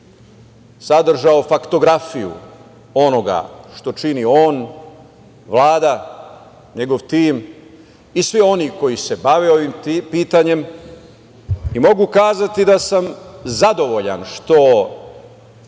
sadržao faktografiju onoga što čini on, Vlada, njegov tim i svi oni koji se bave pitanjem. Mogu reći da sam zadovoljan što